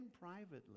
privately